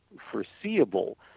foreseeable